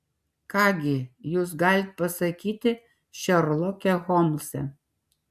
ką gi jūs galit pasakyti šerloke holmse